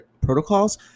protocols